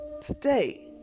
today